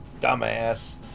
dumbass